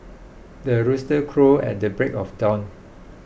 the rooster crows at the break of dawn